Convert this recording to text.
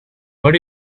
what